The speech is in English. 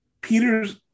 Peter's